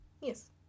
Yes